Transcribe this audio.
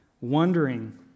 Wondering